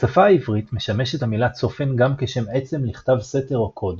בשפה העברית משמשת המילה צופן גם כשם עצם לכתב סתר או קוד.